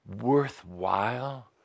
worthwhile